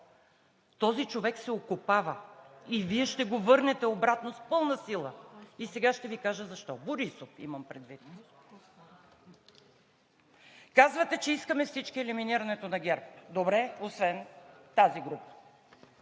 този човек се окопава, а Вие ще го върнете обратно с пълна сила и ще Ви кажа защо. Борисов имам предвид. Казвате, че искаме всички елиминирането на ГЕРБ. Добре, освен тази група.